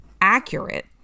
accurate